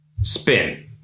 spin